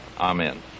Amen